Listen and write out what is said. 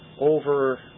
over